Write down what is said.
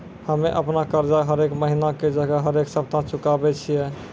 हम्मे अपनो कर्जा हरेक महिना के जगह हरेक सप्ताह चुकाबै छियै